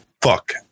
Fuck